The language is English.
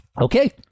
Okay